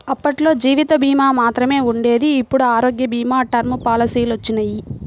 అప్పట్లో జీవిత భీమా మాత్రమే ఉండేది ఇప్పుడు ఆరోగ్య భీమా, టర్మ్ పాలసీలొచ్చినియ్యి